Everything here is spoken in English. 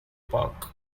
park